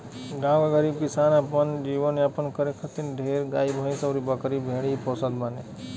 गांव के गरीब किसान अपन जीवन यापन करे खातिर ढेर गाई भैस अउरी बकरी भेड़ ही पोसत बाने